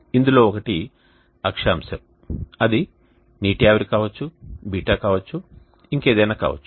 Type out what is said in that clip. ఇందులో ఒకటి అక్షాంశం అది నీటి ఆవిరి కావచ్చు బీటా కావచ్చు ఇంకేదైనా కావొచ్చు